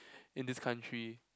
in this country